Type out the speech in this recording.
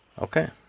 Okay